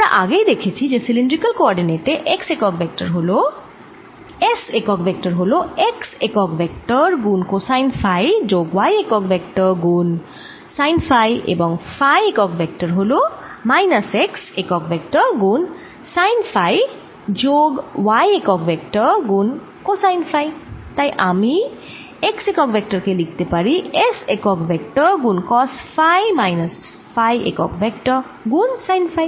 আমরা আগেই দেখেছি যে সিলিন্ড্রিকাল কোঅরডিনেট এ S একক ভেক্টর হল x একক ভেক্টর গুণ কোসাইন ফাই যোগ y একক ভেক্টর গুণ সাইন ফাই এবং ফাই একক ভেক্টর হল মাইনাস x একক ভেক্টর গুণ সাইন ফাই যোগ y একক ভেক্টর গুণ কোসাইন ফাই তাই আমি x একক ভেক্টর কে লিখতে পারি S একক ভেক্টর গুণ কস ফাই মাইনাস ফাই একক ভেক্টর গুণ সাইন ফাই